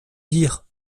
dire